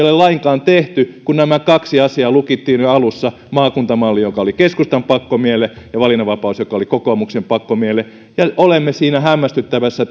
ole lainkaan tehty kun nämä kaksi asiaa lukittiin jo alussa maakuntamalli joka oli keskustan pakkomielle ja valinnanvapaus joka oli kokoomuksen pakkomielle olemme siinä hämmästyttävässä